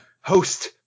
host